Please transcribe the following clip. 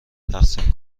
تقسیم